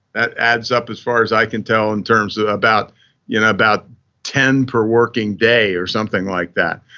that adds up as far as i can tell in terms of about you know about ten per working day or something like that.